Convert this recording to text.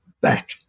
back